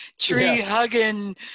tree-hugging